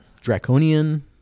draconian